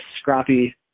scrappy